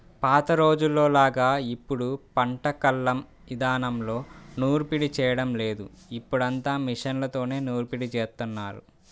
పాత రోజుల్లోలాగా ఇప్పుడు పంట కల్లం ఇదానంలో నూర్పిడి చేయడం లేదు, ఇప్పుడంతా మిషన్లతోనే నూర్పిడి జేత్తన్నారు